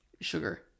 sugar